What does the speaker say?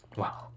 wow